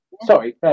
sorry